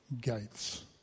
gates